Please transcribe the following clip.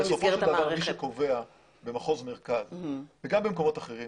בסופו של דבר מי שקובע במחוז מרכז וגם במקומות אחרים